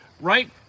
right